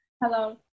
Hello